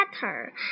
better